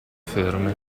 ferme